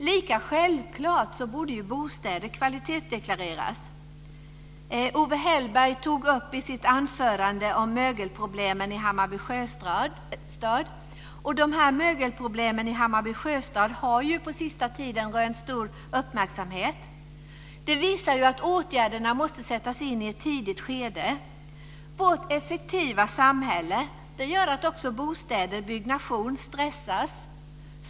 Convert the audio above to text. Lika självklart borde bostäder kvalitetsdeklareras. Owe Hellberg tog i sitt anförande upp mögelproblemen i Hammarby Sjöstad. De har på sista tiden rönt stor uppmärksamhet. Det visar att åtgärderna måste sättas in i ett tidigt skede. Vårt effektiva samhälle gör att också bostäder och byggnation stressas.